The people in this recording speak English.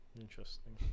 interesting